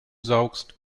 saugst